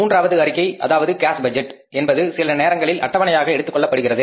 மூன்றாவது அறிக்கை அதாவது கேஸ் பட்ஜெட் என்பது சில நேரங்களில் அட்டவணையாக எடுத்துக்கொள்ளப்படுகிறது